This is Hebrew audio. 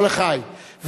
כל לחי.